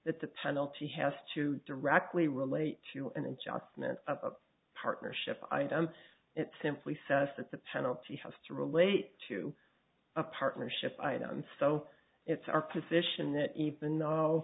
that the penalty has to directly relate to and it just meant a partnership item it simply says that the penalty has to relate to a partnership item so it's our position that even